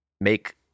make